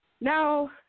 now